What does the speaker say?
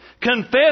Confess